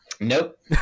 Nope